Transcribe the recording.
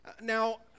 now